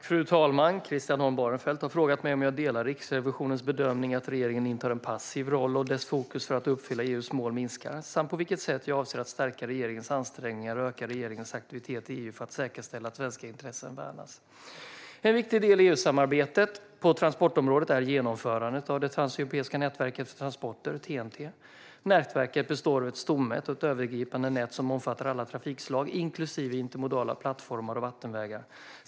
Fru talman! Christian Holm Barenfeld har frågat mig om jag delar Riksrevisionens bedömning att regeringen intar en passiv roll och att dess fokus för att uppfylla EU:s mål har minskat samt på vilket sätt jag avser att stärka regeringens ansträngningar och öka regeringens aktivitet i EU för att säkerställa att svenska intressen värnas. En viktig del i EU-samarbetet på transportområdet är genomförandet av det transeuropeiska nätverket för transporter, TEN-T. Nätverket består av ett stomnät och ett övergripande nät som omfattar alla trafikslag inklusive intermodala plattformar och vattenvägar.